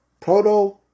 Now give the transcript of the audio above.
Proto-